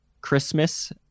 Christmas